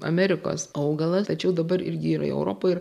amerikos augalas tačiau dabar irgi yra jo europoj yra